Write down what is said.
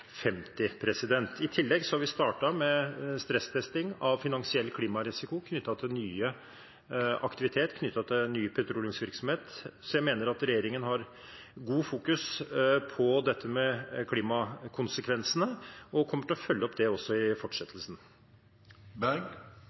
i 2050. I tillegg har vi startet med stresstesting av finansiell klimarisiko knyttet til ny petroleumsvirksomhet. Så jeg mener at regjeringen fokuserer godt på dette med klimakonsekvensene, og kommer til å følge opp det også i fortsettelsen.